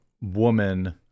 woman